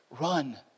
Run